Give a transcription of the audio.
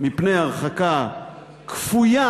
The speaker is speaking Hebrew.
מפני הרחקה כפויה,